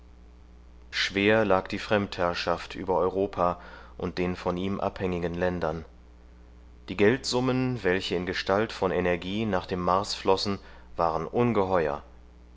schwer lag die fremdherrschaft über europa und den von ihm abhängigen ländern die geldsummen welche in gestalt von energie nach dem mars flossen waren ungeheuer